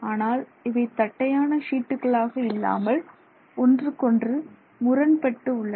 ஆனால் இவை தட்டையான ஷீட்டுகளாக இல்லாமல் ஒன்றுக்கொன்று முரண்பட்டு உள்ளன